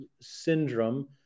syndrome